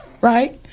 right